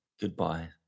goodbye